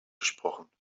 gesprochen